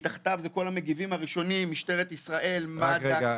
מתחתיו זה כל המגיבים הראשונים משטרת ישראל, מד"א.